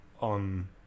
on